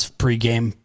pregame